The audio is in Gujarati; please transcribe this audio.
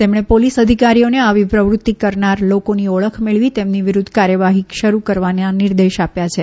તેમણે પોલીસ અધિકારીઓને આવી પ્રવૃતિ કરનારા લોકોની ઓળખ મેળવી તેમની વિરૂધ્ધ કાર્યવાહી શરૂ કરવાના નિર્દેશ આપ્યા છે